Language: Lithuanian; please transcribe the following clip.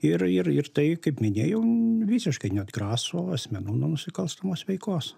ir ir ir tai kaip minėjau visiškai neatgraso asmenų nuo nusikalstamos veikos